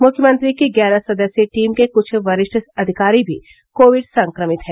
मुख्यमंत्री की ग्यारह सदस्यीय टीम के कुछ वरिष्ठ अधिकारी भी कोविड संक्रमित हैं